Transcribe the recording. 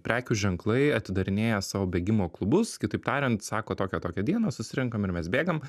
prekių ženklai atidarinėja savo bėgimo klubus kitaip tariant sako tokią tokią dieną susirenkam ir mes bėgam